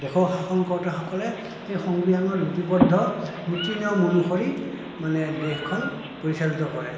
দেশৰ শাসন কৰোঁতাসকলে সেই সংবিধানৰ লিপিবদ্ধ নীতি নিয়ম অনুসৰি মানে দেশখন পৰিচালিত কৰে